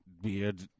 beard